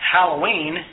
Halloween